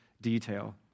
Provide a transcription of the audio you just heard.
detail